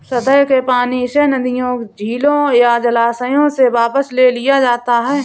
सतह के पानी से नदियों झीलों या जलाशयों से वापस ले लिया जाता है